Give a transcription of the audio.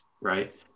right